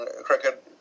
Cricket